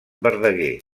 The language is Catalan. verdaguer